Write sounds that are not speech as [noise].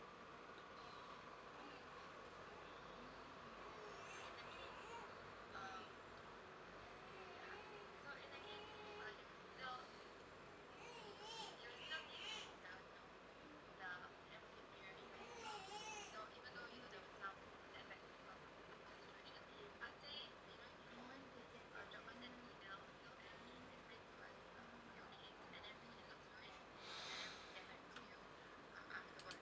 [breath]